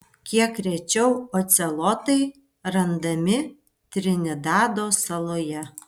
kiek rečiau ocelotai randami trinidado saloje